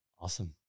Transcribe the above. awesome